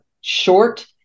short